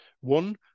One